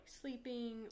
sleeping